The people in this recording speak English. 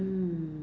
mm